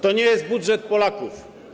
To nie jest budżet Polaków.